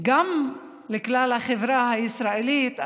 גם לכלל החברה הישראלית,